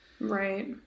Right